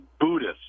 Buddhist